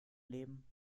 leben